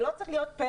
זה לא צריך להיות פרק,